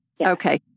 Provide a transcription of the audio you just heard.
Okay